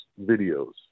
videos